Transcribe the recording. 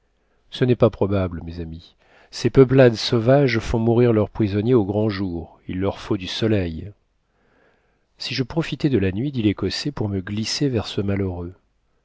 ce n'est pas probable mes amis ces peuplades sauvages font mourir leurs prisonniers au grand jour il leur faut du soleil si je profitais de la nuit dit l'écossais pour me glisser vers ce malheureux